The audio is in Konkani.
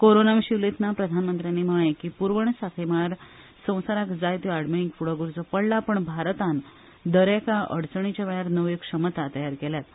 कोरोना विशीं उलयतना प्रधानमंत्र्यांनी म्हळें की पुरवण सांखळी मळार संवसाराक जायत्यो आडमेळींक फूडो करचो पडला पूण भारतान दरेका अडचणीच्या वेळार नव्यो क्षमता तयार केल्यात